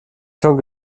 schon